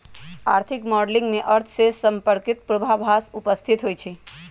आर्थिक मॉडलिंग में अर्थ से संपर्कित पूर्वाभास उपस्थित होइ छइ